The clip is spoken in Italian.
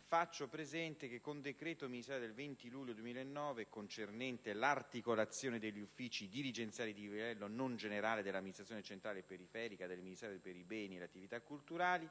faccio presente che con decreto ministeriale del 20 luglio 2009, concernente l'articolazione degli uffici dirigenziali di livello non generale dell'Amministrazione centrale e periferica del Ministero per i beni e le attività culturali,